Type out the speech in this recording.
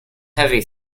heavy